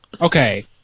Okay